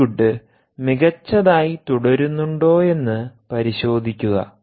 പിഗുഡ്മികച്ചതായി തുടരുന്നുണ്ടോയെന്ന് പരിശോധിക്കുക